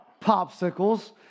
popsicles